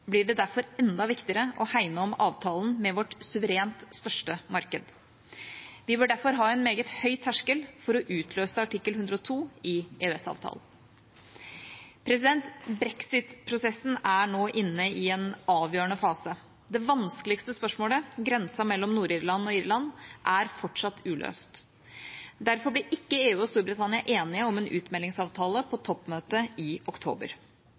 blir det derfor enda viktigere å hegne om avtalen med vårt suverent største marked. Vi bør derfor ha en meget høy terskel for å utløse artikkel 102 i EØS-avtalen. Brexit-prosessen er nå inne i en avgjørende fase. Det vanskeligste spørsmålet, grensen mellom Nord-Irland og Irland, er fortsatt uløst. Derfor ble ikke EU og Storbritannia enige om en utmeldingsavtale på toppmøtet i oktober.